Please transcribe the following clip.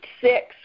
six